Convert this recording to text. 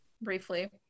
briefly